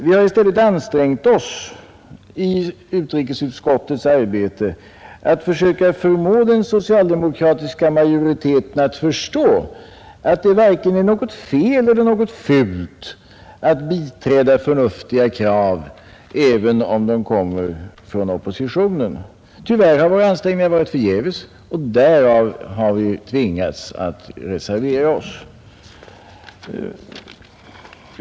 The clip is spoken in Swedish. Vi har i stället i utrikesutskottets arbete ansträngt oss att förmå den socialdemokratiska majoriteten att förstå att det varken är något fel eller något fult att biträda förnuftiga krav även om de kommer från oppositionen. Tyvärr har våra ansträngningar varit förgäves. Därför har vi tvingats att reservera oss.